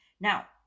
now